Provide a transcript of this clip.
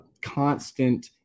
constant